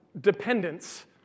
dependence